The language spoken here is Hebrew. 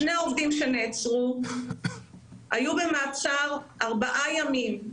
שני העובדים שנעצרו היו במעצר ארבעה ימים,